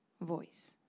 voice